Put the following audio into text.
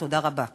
תודה רבה.